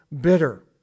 bitter